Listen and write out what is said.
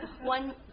one